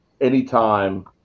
anytime